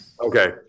Okay